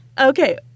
Okay